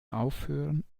aufhören